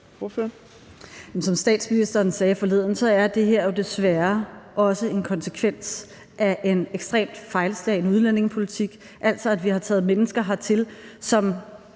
Som statsministeren sagde forleden, er det her jo desværre også en konsekvens af en ekstremt fejlslagen udlændingepolitik, altså at vi har taget mennesker hertil, som